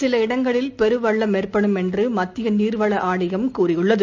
சில இடங்களில் பெரு வெள்ளம் ஏற்படும் என்று மத்திய நீர் வள ஆணையம் கூறியுள்ளது